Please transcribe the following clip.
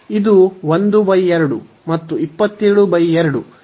ಇದು 12 ಮತ್ತು 272 ಮತ್ತು ಈ 9 ಇದೆ